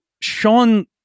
Sean